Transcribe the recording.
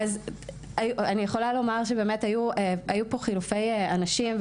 היו פה חילופי אנשים,